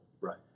Right